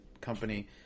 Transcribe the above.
company